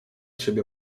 siebie